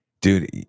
dude